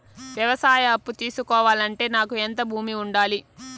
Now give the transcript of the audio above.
వ్యవసాయ అప్పు తీసుకోవాలంటే నాకు ఎంత భూమి ఉండాలి?